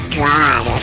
god